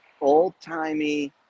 old-timey